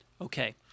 Okay